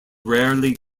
rarely